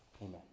Amen